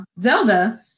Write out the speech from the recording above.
zelda